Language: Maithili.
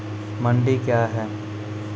मंडी क्या हैं?